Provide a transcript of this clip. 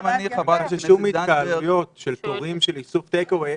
הם חששו מהתקהלויות של תורים לאיסוף טייק-אווי.